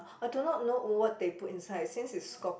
I do not know what they put inside since it's kop~